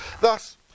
Thus